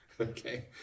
Okay